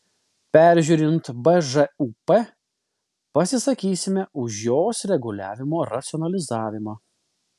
peržiūrint bžūp pasisakysime už jos reguliavimo racionalizavimą